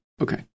Okay